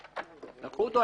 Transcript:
סמכויות,